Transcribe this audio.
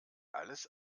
alles